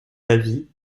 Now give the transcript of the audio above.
d’avis